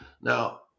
Now